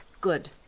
Good